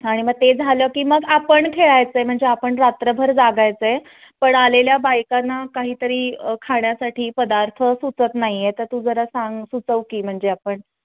आणि मग ते झालं की मग आपण खेळायचं आहे म्हणजे आपण रात्रभर जागायचं आहे पण आलेल्या बायकांना काहीतरी खाण्यासाठी पदार्थ सुचत नाही आहे तर तू जरा सांग सुचव की म्हणजे आपण